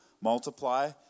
multiply